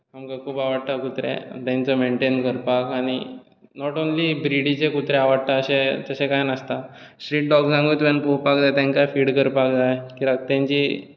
आमकां खूब आवडटा कुत्रे तांकां मेनटेन करपाक आनी नॉट ओन्ली ब्रिडीचे कुत्रे आवडटात तशें काय नासता स्ट्रीट डोग्सांकूय तुमी पळोवपाक जाय तांकांय फीड करपाक जाय कित्याक तांची